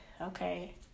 okay